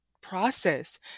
process